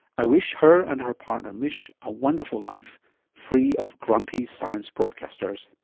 i wish her and her partner mish a wonderful life free of grumpy science broadcasters.